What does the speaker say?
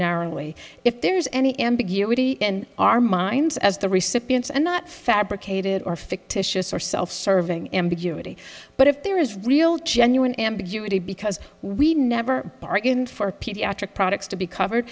narrowly if there's any ambiguity in our minds as the recipients and not fabricated or fictitious or self serving ambiguity but if there is real genuine ambiguity because we never bargained for pediatric products to be covered